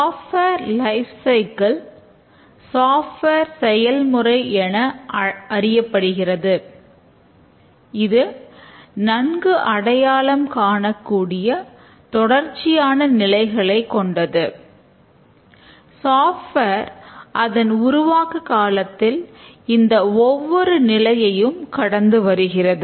software life cycle அதன் உருவாக்க காலத்தில் இந்த ஒவ்வொரு நிலையையும் கடந்து வருகிறது